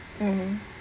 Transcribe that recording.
mmhmm